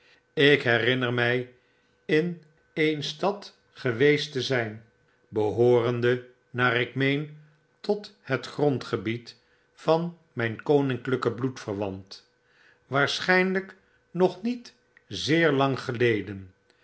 ik herinner my in een stad geweest te zijn behoorende naar ik meen tot het grondgebied van mijn koninklyken bloedverwant waarschynlyk nog niet zeer lang geleden